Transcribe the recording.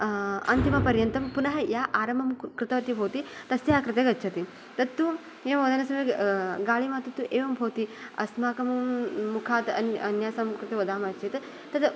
अन्तिमपर्यन्तं पुन या आरम्भं कृतवती भवति तस्या कृते गच्छति तत्तु एवं वदनसमये गालिमातु इति एवं भवति अस्माकं मुखात् अन्यासां वदाम चेत् तत्